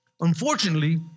Unfortunately